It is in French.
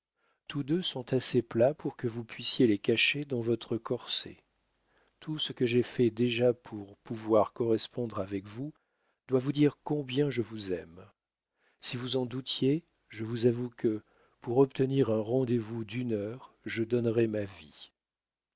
tous deux sont assez plats pour que vous puissiez les cacher dans votre corset tout ce que j'ai fait déjà pour pouvoir correspondre avec vous doit vous dire combien je vous aime si vous en doutiez je vous avoue que pour obtenir un rendez-vous d'une heure je donnerais ma vie